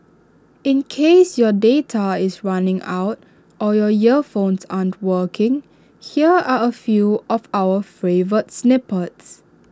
in case your data is running out or your earphones aren't working here are A few of our favourite snippets